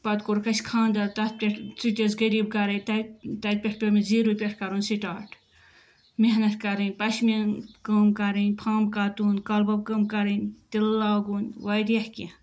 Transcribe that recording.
پَتہٕ کورُکھ اَسہِ کھاندر تَتھ پٮ۪ٹھ سُہ تہِ اوس غریٖب گَرے تَتہِ تَتہِ پٮ۪ٹھ پیو مےٚ زیٖرو پٮ۪ٹھ کَرُن سِٹاٹ محنت کَرٕنۍ پشمیٖن کٲم کَرٕنۍ فَمب کَتُن کالباپ کٲم کَرٕنۍ تِلہٕ لاگُن واریاہ کیٚنٛہہ